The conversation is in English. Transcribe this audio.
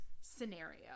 scenario